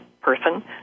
person